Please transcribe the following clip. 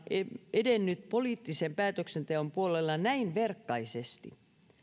edennyt poliittisen päätöksenteon puolella näin verkkaisesti